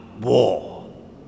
war